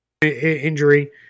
injury